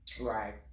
Right